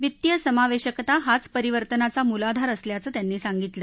वित्तीय समावेशकता हाच परीवर्तनाचा मूलाधार असल्याचं त्यांनी सांगितलं